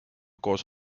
koos